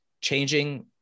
changing